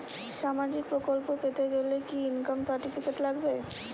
সামাজীক প্রকল্প পেতে গেলে কি ইনকাম সার্টিফিকেট লাগবে?